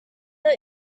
not